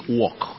walk